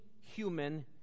human